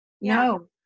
no